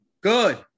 good